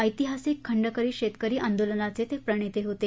ऐतिहासिक खंडकरी शेतकरी आंदोलनाचे ते प्रणेते होते